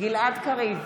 גלעד קריב,